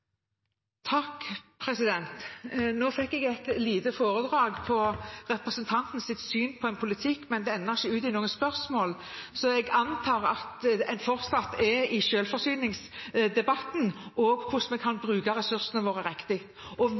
Nå fikk jeg et lite foredrag i representantens syn på politikk, men det endte ikke med et spørsmål, så jeg antar at en fortsatt er i selvforsyningsdebatten og hvordan vi kan bruke ressursene våre riktig. Hvis representanten har lest hele det forenklede oppgjøret i år – og